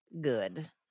good